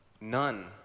None